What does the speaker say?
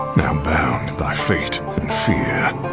now bound by fate and fear.